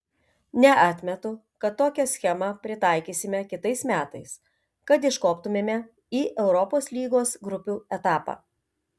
neatmetu kad tokią schemą pritaikysime kitais metais kad iškoptumėme į europos lygos grupių etapą